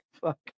fuck